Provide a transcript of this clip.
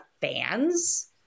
fans